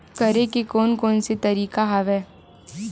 करे के कोन कोन से तरीका हवय?